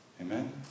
Amen